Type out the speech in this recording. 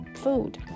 food